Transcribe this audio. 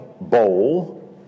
bowl